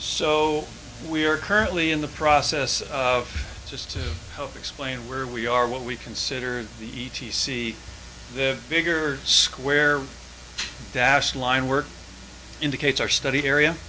so we are currently in the process of just to help explain where we are what we consider the e t c the bigger square bassline work indicates our study area